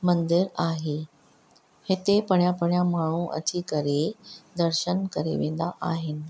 मंदरु आहे हिते परियां परियां माण्हू अची करे दर्शन करे वेंदा आहिनि